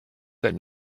that